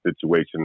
situation